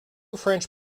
french